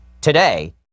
today